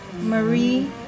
Marie